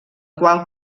qual